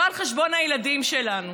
לא על חשבון הילדים שלנו.